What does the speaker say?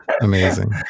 Amazing